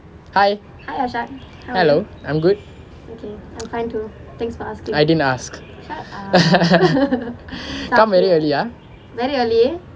hi hello I'm good I didn't ask come very early ah